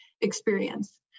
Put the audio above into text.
experience